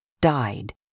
died